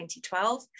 2012